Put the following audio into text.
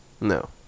No